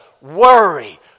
worry